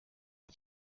iyi